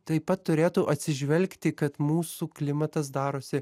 taip pat turėtų atsižvelgti kad mūsų klimatas darosi